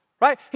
Right